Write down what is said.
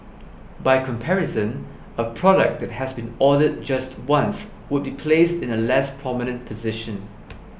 by comparison a product that has been ordered just once would be placed in a less prominent position